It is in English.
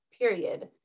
period